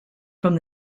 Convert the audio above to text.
from